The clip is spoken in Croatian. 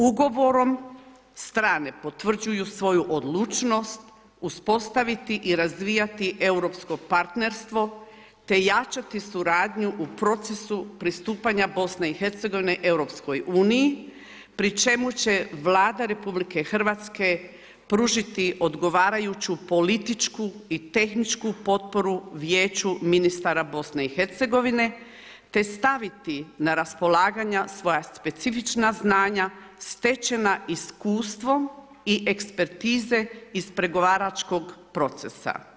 Ugovorom strane potvrđuju svoju odlučnost uspostaviti i razvijati europsko partnerstvo te jačati suradnju u procesu pristupanja BiH EU pri čemu će Vlada RH pružiti odgovarajuću političku i tehničku potporu Vijeću ministara BiH te staviti na raspolaganja svoja specifična znanja stečena iskustvom i ekspertize iz pregovaračkog procesa.